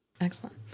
Excellent